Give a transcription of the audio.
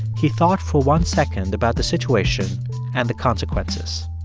he thought for one second about the situation and the consequences.